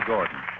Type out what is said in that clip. Gordon